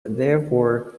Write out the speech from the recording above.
therefore